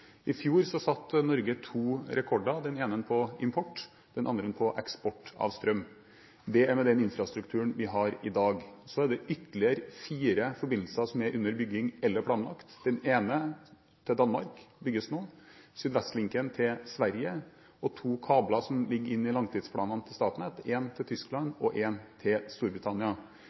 I fjor satte Norge to rekorder – den ene på import, den andre på eksport, av strøm. Det er med den infrastrukturen vi har i dag. Ytterligere fire forbindelser er under bygging eller planlagt. Den ene, til Danmark, bygges nå. Så er det SydVestlinken til Sverige og to kabler som ligger inne i langtidsplanene til Statnett – én til Tyskland og én til Storbritannia.